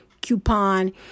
coupon